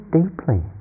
deeply